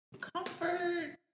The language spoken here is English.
Comfort